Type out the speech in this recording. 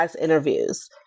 interviews